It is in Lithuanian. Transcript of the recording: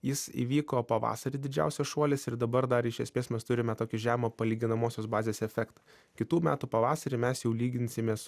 jis įvyko pavasarį didžiausias šuolis ir dabar dar iš esmės mes turime tokį žemą palyginamosios bazės efektą kitų metų pavasarį mes jau lyginsimės